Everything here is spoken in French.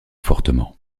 fortement